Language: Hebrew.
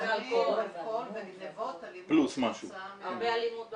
אלכוהול וגניבות על ידי -- הרבה אלימות במשפחה.